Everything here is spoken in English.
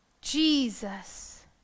Jesus